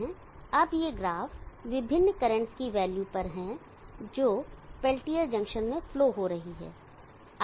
अब ये ग्राफ़ विभिन्न करेंट्स की वैल्यू पर हैं जो पेल्टियर जंक्शन में फ्लो हो रही हैं